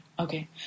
Okay